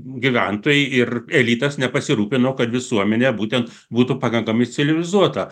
gyventojai ir elitas nepasirūpino kad visuomenė būtent būtų pakankamai civilizuota